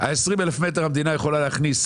מהם המדינה יכולה להכניס